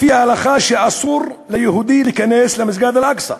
לפי ההלכה שאסור ליהודים להיכנס למסגד אל-אקצא.